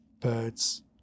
birds